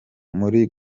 muri